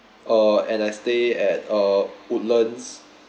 uh and I stay at uh woodlands